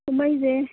ꯀꯨꯝꯍꯩꯁꯦ